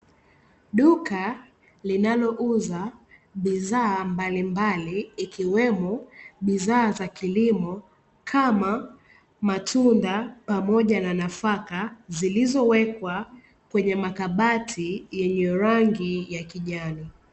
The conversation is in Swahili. Duka linalo uza bidhaa mbalimbali, ikiwemo bidhaa za kilimo kama matunda pamoja na nafaka zilizowekwa kwenye makabati yenye rangi ya kijani.